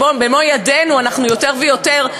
כשבמו-ידינו אנחנו יותר ויותר,